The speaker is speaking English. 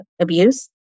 abuse